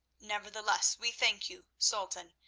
nevertheless, we thank you, sultan,